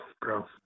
bro